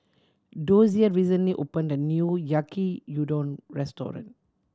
Dozier recently opened a new Yaki Udon Restaurant